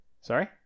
Sorry